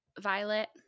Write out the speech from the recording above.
Violet